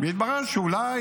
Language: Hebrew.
והתברר שאולי,